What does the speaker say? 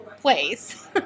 place